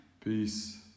Peace